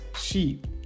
sheep